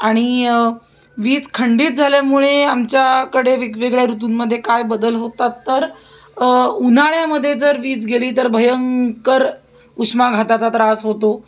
आणि वीज खंडित झाल्यामुळे आमच्याकडे वेगवेगळ्या ऋतूंमध्ये काय बदल होतात तर उन्हाळ्यामध्ये जर वीज गेली तर भयंकर उष्माघाताचा त्रास होतो